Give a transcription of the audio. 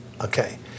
Okay